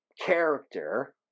character